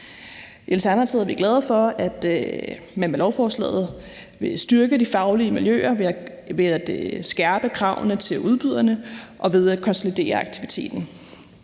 er vi glade for, at man med lovforslaget vil styrke de faglige miljøer ved at skærpe kravene til udbyderne og ved at konsolidere aktiviteten.